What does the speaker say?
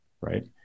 right